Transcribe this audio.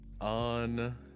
on